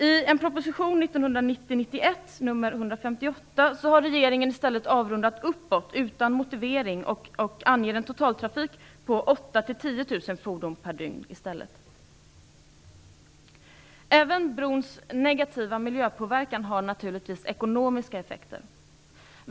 I proposition 1990/91:158 har regeringen i stället avrundat uppåt utan motivering och anger en totaltrafik på 8 000-10 000 fordon per dygn. Även brons negativa miljöpåverkan har naturligtvis ekonomiska effekter.